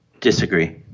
Disagree